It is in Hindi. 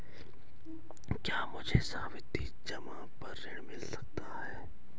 क्या मुझे सावधि जमा पर ऋण मिल सकता है?